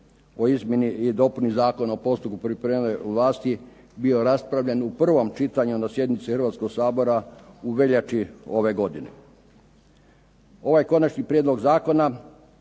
o izmjeni i dopuni Zakona o postupku primopredaje vlasti bio raspravljen u prvom čitanju na sjednici Hrvatskoga sabora u veljače ove godine. Ovaj Konačni prijedlog zakona